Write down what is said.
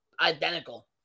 identical